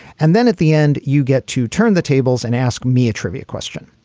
and then at the end, you get to turn the tables and ask me a trivia question.